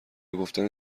گفتن